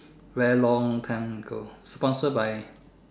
very long time ago sponsored by